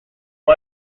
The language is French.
ont